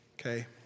Okay